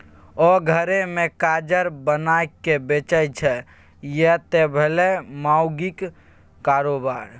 ओ घरे मे काजर बनाकए बेचय छै यैह त भेलै माउगीक कारोबार